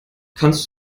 kannst